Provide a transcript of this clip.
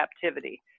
captivity